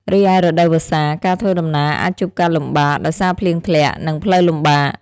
រីឯរដូវវស្សា ការធ្វើដំណើរអាចជួបការលំបាកដោយសារភ្លៀងធ្លាក់ និងផ្លូវលំបាក។